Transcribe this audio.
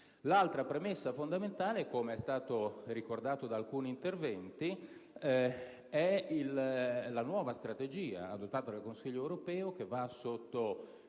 L'altra premessa fondamentale, com'è stato ricordato in alcuni interventi, è la nuova strategia adottata dal Consiglio europeo, che va sotto